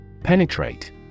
Penetrate